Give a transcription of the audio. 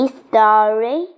story